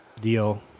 deal